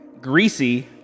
Greasy